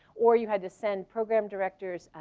or you had to send program directors,